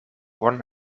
one